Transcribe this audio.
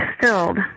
filled